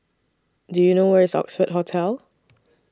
Do YOU know Where IS Oxford Hotel